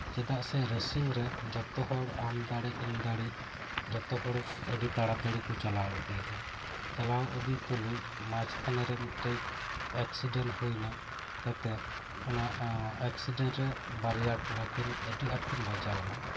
ᱪᱮᱫᱟᱜ ᱥᱮ ᱨᱮᱥᱤᱝ ᱨᱮ ᱡᱚᱛᱚ ᱦᱚᱲ ᱟᱢ ᱫᱟᱲᱮᱜ ᱤᱧ ᱫᱟᱲᱮᱜ ᱡᱚᱛᱚ ᱦᱚᱲ ᱟᱹᱰᱤ ᱛᱟᱲᱟᱛᱟᱲᱤ ᱠᱚ ᱪᱟᱞᱟᱣ ᱤᱫᱤᱭᱮᱫᱟ ᱪᱟᱞᱟᱣ ᱤᱫᱤ ᱛᱩᱞᱩᱡ ᱢᱟᱡᱽ ᱠᱷᱟᱱᱮ ᱨᱮ ᱢᱤᱫᱴᱮᱡ ᱮᱠᱥᱤᱰᱮᱱᱴ ᱦᱩᱭᱮᱱᱟ ᱛᱟᱛᱮ ᱚᱱᱟ ᱮᱠᱥᱤᱰᱮᱱᱴ ᱨᱮ ᱵᱟᱨᱭᱟ ᱠᱚᱲᱟ ᱠᱤᱱ ᱟᱹᱰᱤ ᱟᱸᱴ ᱠᱤᱱ ᱵᱟᱡᱟᱣᱮᱱᱟ